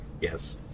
Yes